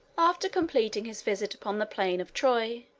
after completing his visit upon the plain of troy,